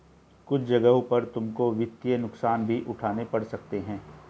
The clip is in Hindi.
कुछ जगहों पर तुमको वित्तीय नुकसान भी उठाने पड़ सकते हैं